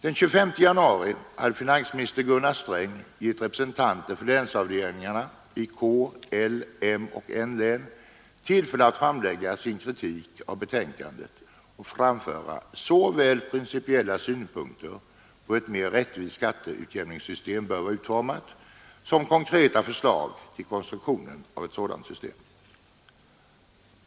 Den 25 januari hade finansminister Gunnar Sträng givit representanter för länsavdelningarna i K-, L-, M och N-län tillfälle att framföra sin kritik av betänkandet och anföra såväl principiella synpunkter på hur ett mera rättvist skatteutjämningssystem bör vara utformat som konkreta förslag till konstruktion av ett sådant system.